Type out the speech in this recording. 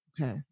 Okay